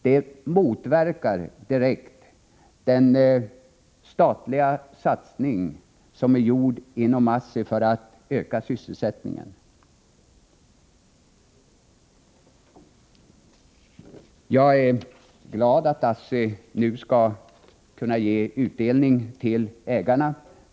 Det motverkar direkt den statliga satsning som gjorts inom ASSI för att öka sysselsättningen. Jag är glad för att ASSI nu kan ge utdelning till ägarna.